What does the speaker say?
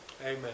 Amen